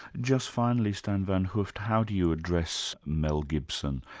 just finally, stan van hooft, how do you address mel gibson?